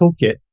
toolkit